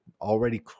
Already